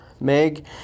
Meg